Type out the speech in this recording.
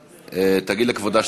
תגיד לכבודה שתתפנה,